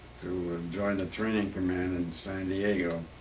join the training command in san diego.